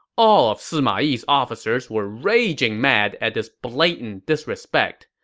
all of sima yi's officers were raging mad at this blatant disrespect.